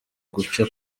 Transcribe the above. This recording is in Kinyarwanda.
guca